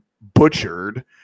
butchered